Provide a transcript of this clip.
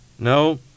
no